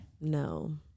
No